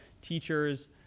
teachers